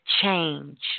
change